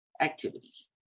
activities